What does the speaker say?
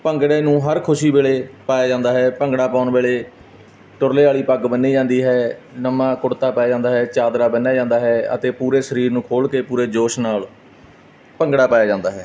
ਭੰਗੜੇ ਨੂੰ ਹਰ ਖੁਸ਼ੀ ਵੇਲੇ ਪਾਇਆ ਜਾਂਦਾ ਹੈ ਭੰਗੜਾ ਪਾਉਣ ਵੇਲੇ ਤੁਰਲੇ ਵਾਲੀ ਪੱਗ ਬੰਨੀ ਜਾਂਦੀ ਹੈ ਨਵਾਂ ਕੁੜਤਾ ਪਾਇਆ ਜਾਂਦਾ ਹੈ ਚਾਦਰਾ ਬੰਨਿਆ ਜਾਂਦਾ ਹੈ ਅਤੇ ਪੂਰੇ ਸਰੀਰ ਨੂੰ ਖੋਲ ਕੇ ਪੂਰੇ ਜੋਸ਼ ਨਾਲ ਭੰਗੜਾ ਪਾਇਆ ਜਾਂਦਾ ਹੈ